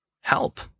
help